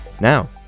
Now